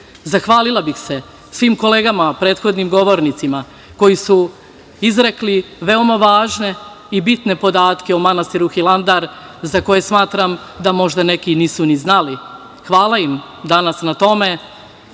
naroda. Zahvalila bih se svim kolegama, prethodnim govornicima koji su izrekli veoma važne i bitne podatke o manastiru Hilandar za koje smatram da možda neki nisu ni znali. Hvala im danas na tome,